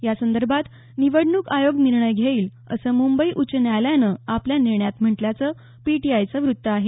या संदर्भात निवडणूक आयोग निर्णय घेईल असं मुंबई उच्च न्यायालयानं आपल्या निर्णयात म्हटल्याचं पीटीआयचं व्रत्त आहे